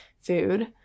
food